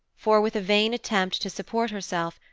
for, with a vain attempt to support herself,